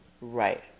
Right